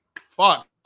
Fuck